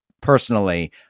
personally